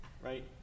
right